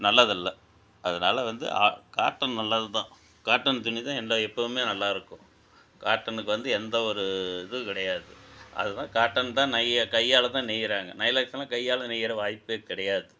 நல்லதல்ல அதனால் வந்து காட்டன் நல்லது தான் காட்டன் துணி தான் எல்லா எப்போவுமே நல்லா இருக்கும் காட்டனுக்கு வந்து எந்த ஒரு இது கிடையாது அது தான் காட்டன் தான் நெய்ய கையால் தான் நெய்யிறாங்க நைலக்ஸ்லாம் கையால் நெய்யிற வாய்ப்பே கிடையாது